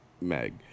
Meg